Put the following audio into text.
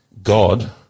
God